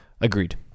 agreed